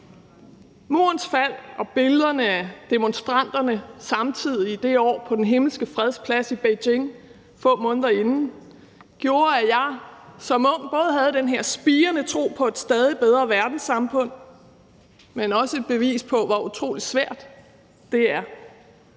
Murens fald og billederne af demonstranterne det år på Den Himmelske Freds Plads i Beijing få måneder inden gjorde, at jeg som ung både havde den her spirende tro på et stadig bedre verdenssamfund, men også et bevis på, hvor utrolig svært det er.